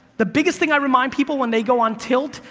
the biggest thing i remind people when they go on tilt,